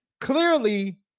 clearly